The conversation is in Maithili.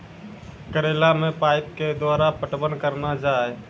करेला मे पाइप के द्वारा पटवन करना जाए?